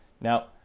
Now